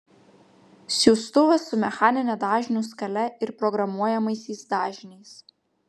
siųstuvas su mechanine dažnių skale ir programuojamaisiais dažniais